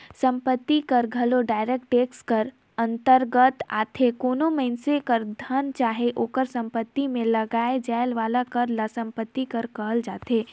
संपत्ति कर घलो डायरेक्ट टेक्स कर अंतरगत आथे कोनो मइनसे कर धन चाहे ओकर सम्पति में लगाए जाए वाला कर ल सम्पति कर कहल जाथे